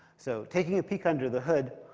so taking a peek under the hood,